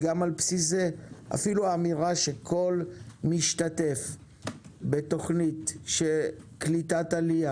על בסיס זה אפילו האמירה שכל משתתף בתוכנית של קליטת עלייה